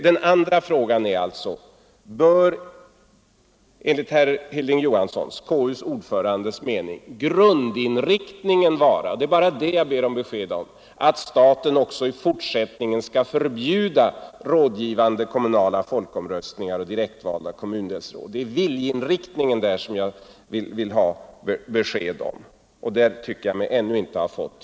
Min andra fråga är: Bör enligt konstitutionsutskottets ordförandes mening grundinriktningen — det är bara den jag ber om besked om — vara att staten också i fortsättningen skall förbjuda rådgivande kommunala folkomröstningar och kommundelsråd? Det är viljeinriktningen jag vill ha besked om, och det tycker jag mig ännu inte ha fått.